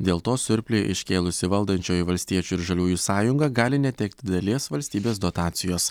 dėl to surplį iškėlusi valdančioji valstiečių ir žaliųjų sąjunga gali netekti dalies valstybės dotacijos